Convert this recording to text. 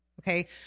Okay